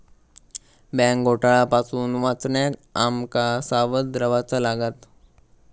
bank घोटाळा पासून वाचण्याक आम का सावध रव्हाचा लागात